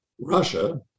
Russia